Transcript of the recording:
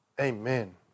Amen